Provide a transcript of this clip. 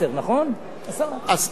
סיבוב אחד, עשרה סיבובים.